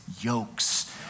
yokes